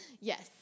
Yes